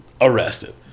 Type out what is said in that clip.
arrested